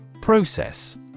Process